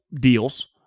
deals